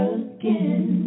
again